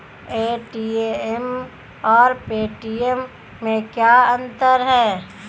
ATM और Paytm में क्या अंतर है?